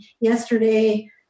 Yesterday